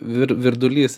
vir virdulys